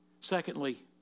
Secondly